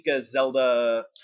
Zelda